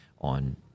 on